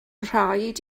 rhaid